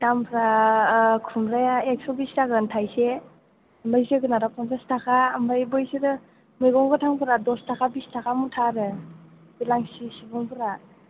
दामफ्रा खुमब्राया एकस' बिस जागोन थाइसे जोगोनारा पन्सास ताका ओमफ्राय बैफोरो मैगं गोथांफोरा दस ताका बिस ताका मुथा आरो हेलांसि सिबुंफोरा